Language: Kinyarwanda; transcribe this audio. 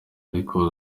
ariko